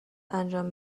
انجام